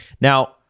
Now